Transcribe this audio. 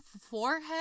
forehead